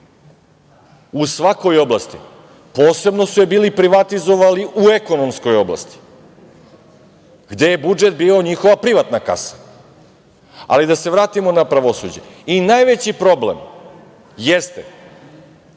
u svakoj oblasti. Posebno su je bili privatizovali u ekonomskoj oblasti gde je budžet bio njihova privatna kasa. Da se vratimo na pravosuđe i najveći problem jeste